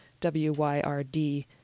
W-Y-R-D